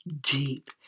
deep